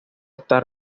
está